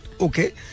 okay